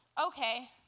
okay